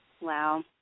Wow